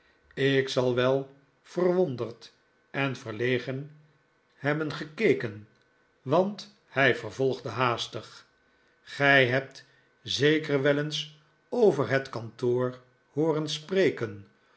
ik zal wel verwonderd en verlegen hebben gekeken want hij vervolgde haastig ik moet op eigen beenen staan gij hebt zeker wel eens over het kantoor hooren spreken